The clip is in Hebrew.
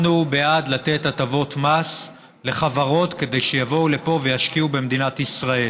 אנחנו בעד לתת הטבות מס לחברות כדי שיבואו לפה וישקיעו במדינת ישראל,